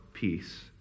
Peace